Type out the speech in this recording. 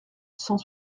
cent